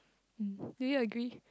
um do you agree